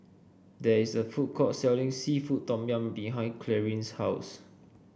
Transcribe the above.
there is a food court selling seafood Tom Yum behind Clarine's house